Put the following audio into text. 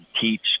teach